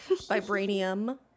Vibranium